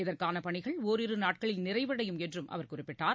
இதற்கான பணிகள் ஓரிரு நாட்களில் நிறைவடையும் என்றும் அவர் குறிப்பிட்டார்